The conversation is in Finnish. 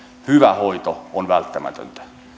hyvä hoito on välttämätöntä